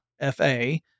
F-A